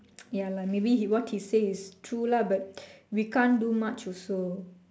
ya lah maybe what he say is true lah but we can't do much also